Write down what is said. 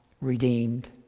redeemed